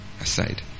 aside